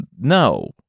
No